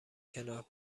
کنار